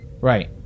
Right